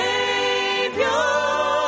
Savior